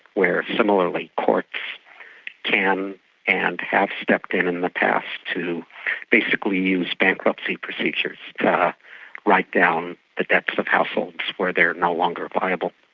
where similarly courts can and have stepped in and in the past to basically use bankruptcy procedures to but write down the debts of households were they are no longer viable.